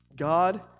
God